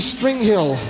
Stringhill